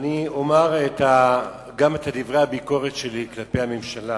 אני אומר גם את דברי הביקורת שלי כלפי הממשלה.